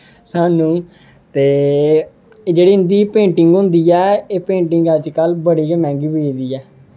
सानूं ते जेह्ड़ी इं'दी पेंटिंग होंदी ऐ एह् पेंटिंग अज्ज कल बड़ी गै मैहंगी बिकदी ऐ